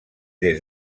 des